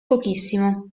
pochissimo